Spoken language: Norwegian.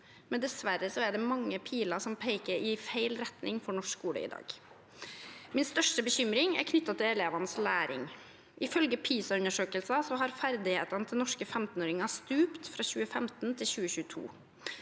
men dessverre er det mange piler som peker i feil retning for norsk skole i dag. Min største bekymring er knyttet til elevenes læring. Ifølge PISA-undersøkelser har ferdighetene til norske 15-åringer stupt fra 2015 til 2022.